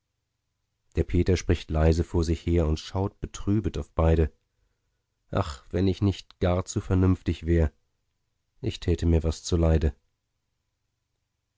der peter spricht leise vor sich her und schaut betrübet auf beide ach wenn ich nicht gar zu vernünftig wär ich täte mir was zuleide